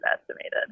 estimated